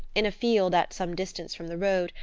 in a field at some distance from the road,